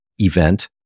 event